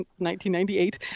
1998